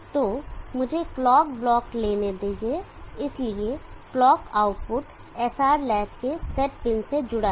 तो मुझे clock block लेने दीजिए इसलिए क्लॉक आउटपुट SR लैच के सेट पिन से जुड़ा है